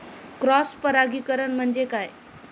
Cross परागीकरण म्हणजे काय?